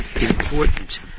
important